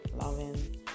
loving